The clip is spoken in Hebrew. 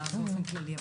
באופן כללי.